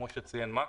כמו שציין מקס,